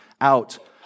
out